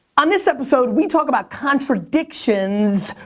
um this episode, we talk about contradictions,